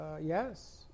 Yes